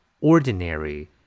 Ordinary